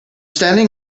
standing